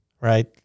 right